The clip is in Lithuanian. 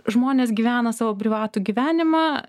žmonės gyvena savo privatų gyvenimą